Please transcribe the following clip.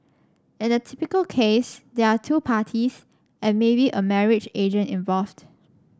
in a typical case there are two parties and maybe a marriage agent involved